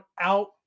out